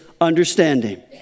understanding